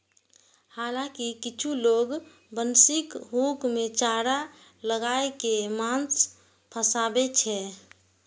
हालांकि किछु लोग बंशीक हुक मे चारा लगाय कें माछ फंसाबै छै